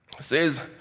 says